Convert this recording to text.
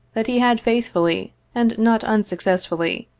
that he had faithfully, and not unsuccessfully,